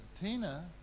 Tina